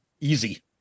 Easy